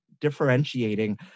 differentiating